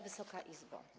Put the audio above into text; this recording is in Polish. Wysoka Izbo!